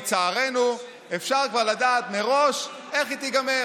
לצערנו, אפשר כבר לדעת מראש איך היא תיגמר.